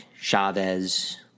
Chavez